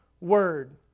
word